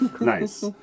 Nice